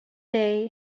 day